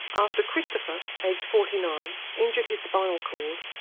after christopher, aged forty nine, injured his spinal cord,